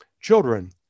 children